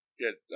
Get